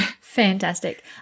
Fantastic